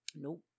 Nope